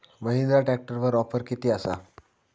महिंद्रा ट्रॅकटरवर ऑफर किती आसा?